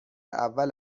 اول